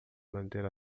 manter